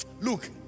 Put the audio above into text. look